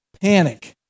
panic